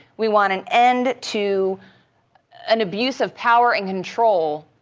we want an end to an abuse of power and control.